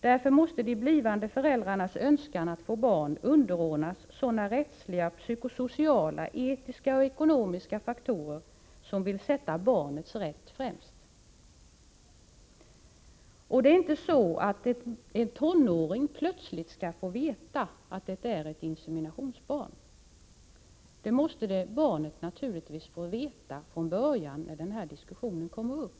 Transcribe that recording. Därför måste de blivande föräldrarnas önskan att få barn underordnas sådana rättsliga, psyko-sociala, etiska och ekonomiska faktorer som vill sätta barnets rätt främst.” Det kan inte vara så att en tonåring plötsligt får veta att han är ett inseminationsbarn. Det måste barnet naturligtvis få veta från början, när diskussionen kommer upp.